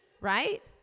right